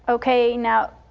ok, now,